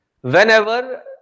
Whenever